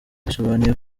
bisobanuye